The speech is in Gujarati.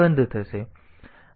તેથી તે આના જેવું કરશે